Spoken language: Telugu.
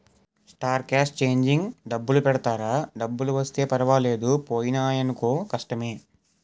స్టార్ క్యాస్ట్ చేంజింగ్ డబ్బులు పెడతారా డబ్బులు వస్తే పర్వాలేదు పోయినాయనుకో కష్టమే